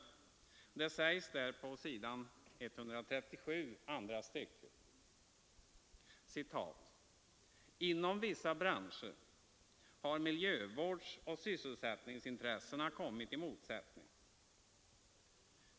Man säger på s. 137 i andra stycket: ”Inom vissa branscher har miljövårdsoch sysselsättningsintressena kommit i motsatsställning.